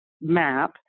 map